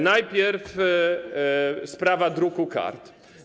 Najpierw sprawa druku kart.